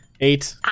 Eight